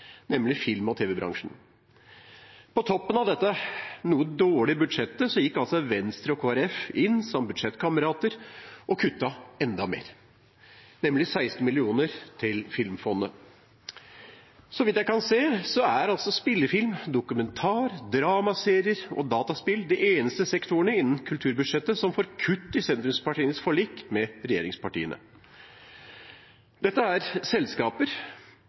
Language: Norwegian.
nemlig film- og TV-bransjen. På toppen av dette noe dårlige budsjettet gikk altså Venstre og Kristelig Folkeparti inn som budsjettkamerater og kuttet enda mer, nemlig 16 mill. kr til Filmfondet. Så vidt jeg kan se, er altså spillefilm, dokumentar, dramaserier og dataspill de eneste sektorene innen kulturbudsjettet som får kutt i sentrumspartienes forlik med regjeringspartiene. Dette er selskaper